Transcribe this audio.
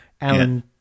Alan